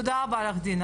תודה רבה לך, דינה.